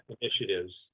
initiatives